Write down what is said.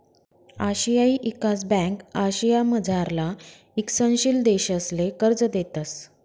आशियाई ईकास ब्यांक आशियामझारला ईकसनशील देशसले कर्ज देतंस